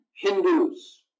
Hindus